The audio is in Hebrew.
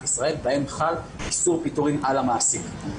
ישראל שבהם חל איסור פיטורים על המעסיק,